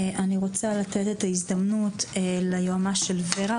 אני רוצה לתת את ההזדמנות ליועמ"ש של ור"ה,